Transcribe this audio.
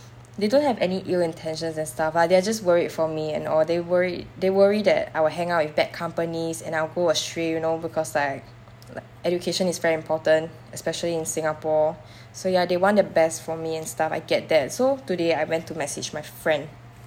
they don't have any ill intentions and stuff they're just worried for me and all they worried they worry that I will hang out with bad companies and I'll go astray you know because like education is very important especially in singapore so ya they want the best for me and stuff I get that so today I went to message my friend